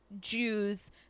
jews